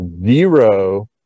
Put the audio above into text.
zero